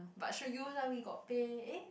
but should use lah we got pay eh